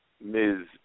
Ms